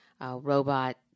Robot